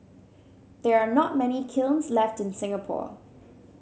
there are not many kilns left in Singapore